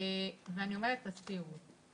ואני אומרת: תסירו.